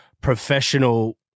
professional